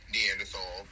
Neanderthal